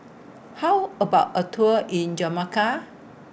How about A Tour in Jamaica